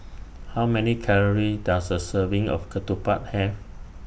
How Many Calories Does A Serving of Ketupat Have